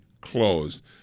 closed